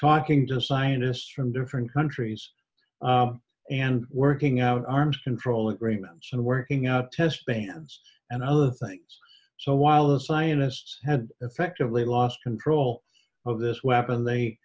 talking to scientists from different countries and working out arms control agreements and working out test bands and other things so while the scientists had effectively lost control of this weapon they